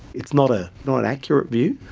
it's not ah not an accurate view,